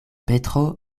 petro